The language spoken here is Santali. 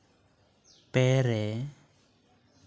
ᱯᱮ ᱨᱮ